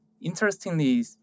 interestingly